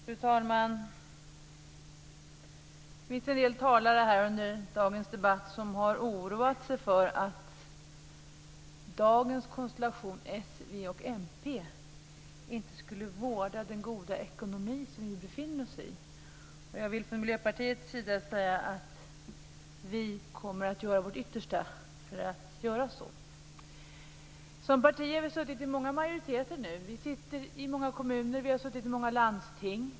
Fru talman! En del talare i dagens debatt har oroat sig för att dagens konstellation s-v-mp inte vårdar den goda ekonomi som vi nu har. Men vi i Miljöpartiet kommer att göra vårt yttersta i det avseendet. Som parti har vi funnits med i många majoriteter i kommuner och landsting.